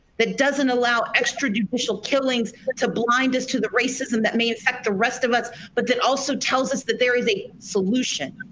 that doesn't allow extrajudicial killings to blind us to the racism that may like the rest of us, but that also tells us that there is a solution.